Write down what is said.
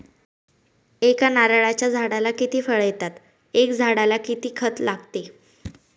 एका नारळाच्या झाडाला किती फळ येतात? एका झाडाला किती खत लागते?